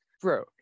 Bro